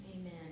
Amen